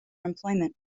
employment